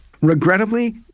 regrettably